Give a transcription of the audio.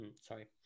Sorry